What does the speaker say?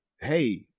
hey